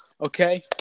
okay